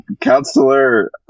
counselor